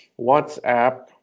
WhatsApp